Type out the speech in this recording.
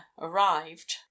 arrived